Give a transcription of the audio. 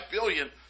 billion